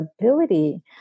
ability